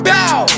Bow